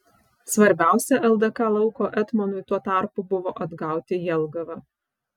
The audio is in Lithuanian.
svarbiausia ldk lauko etmonui tuo tarpu buvo atgauti jelgavą